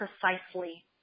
precisely